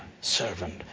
servant